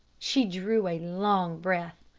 she drew a long breath.